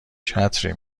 چتری